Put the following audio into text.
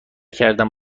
کردم